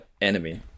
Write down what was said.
enemy